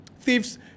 Thieves